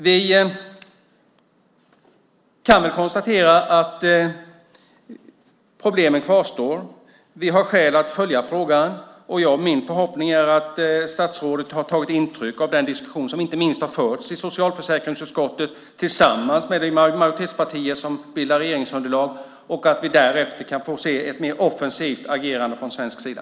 Vi kan konstatera att problemen kvarstår. Vi har skäl att följa frågan. Min förhoppning är att statsrådet har tagit intryck av den diskussion som har förts inte minst i socialförsäkringsutskottet tillsammans med de majoritetspartier som bildar regeringsunderlag. Jag hoppas att vi därefter kan få se ett mer offensivt agerande från svensk sida.